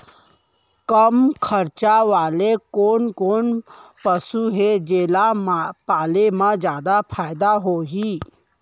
कम खरचा वाले कोन कोन पसु हे जेला पाले म जादा फायदा होही?